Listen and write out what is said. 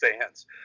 fans